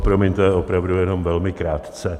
Promiňte, opravdu jen velmi krátce.